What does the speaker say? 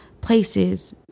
places